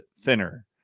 thinner